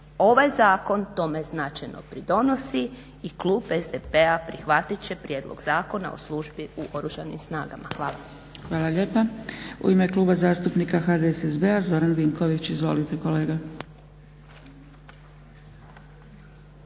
Ovaj zakon tome značajno pridonosi i klub SDP-a prihvatit će Prijedlog zakona o službi u Oružanim snagama. Hvala. **Zgrebec, Dragica (SDP)** Hvala lijepa. U ime Kluba zastupnika HDSSB-a Zoran Vinković. Izvolite kolega.